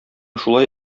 шулай